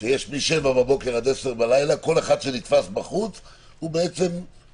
מ-07:00 בבוקר עד 22:00 כל אחד שנתפס בחוץ הוא מצביע,